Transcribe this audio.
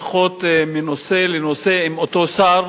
לפחות מנושא לנושא עם אותו שר.